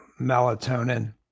melatonin